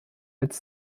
als